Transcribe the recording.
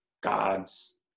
God's